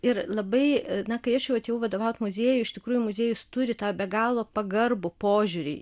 ir labai na kai aš jau atėjau vadovauti muziejui iš tikrųjų muziejus turi tą be galo pagarbų požiūrį